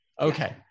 Okay